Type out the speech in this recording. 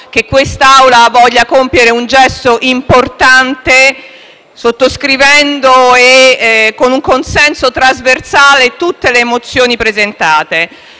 che quest'Assemblea voglia compiere un gesto importante sottoscrivendo con un consenso trasversale tutte le mozioni presentate.